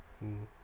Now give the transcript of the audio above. mm